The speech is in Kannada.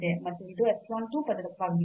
ಮತ್ತು ಇದು epsilon 2 ಪದವಾಗಿದೆ